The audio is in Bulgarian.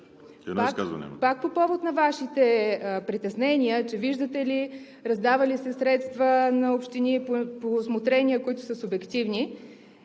пак по повод на Вашите притеснения, че, виждате ли, раздавали са средства на общини по усмотрения, които са субективни,